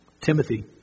Timothy